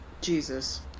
Jesus